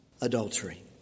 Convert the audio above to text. adultery